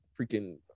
freaking